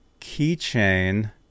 Keychain